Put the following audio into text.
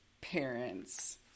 parents